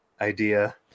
idea